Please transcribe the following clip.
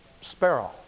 sparrow